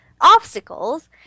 obstacles